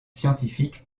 scientifique